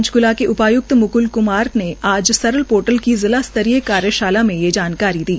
पंचकूला के उपाय्क्त मुकूल क्मार ने आज सरल पोर्टल की जिला स्तरीय कार्यशाला में ये जानकारी दी